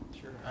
Sure